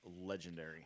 legendary